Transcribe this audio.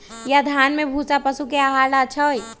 या धान के भूसा पशु के आहार ला अच्छा होई?